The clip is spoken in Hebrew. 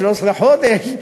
13 חודש,